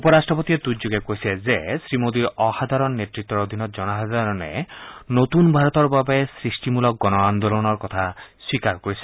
উপ ৰাট্টপতিয়ে টুইটযোগে কৈছে যে শ্ৰীমোদীৰ অসাধাৰণ নেত্তৰ অধীনত জনসাধাৰণে নতুন ভাৰতৰ বাবে সৃষ্টিমূলক গণ আন্দোলনৰ কথা স্বীকাৰ কৰিছে